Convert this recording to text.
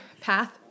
path